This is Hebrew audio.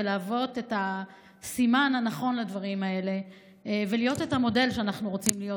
ולהוות סימן נכון לדברים האלה ולהיות המודל שאנחנו רוצים להיות,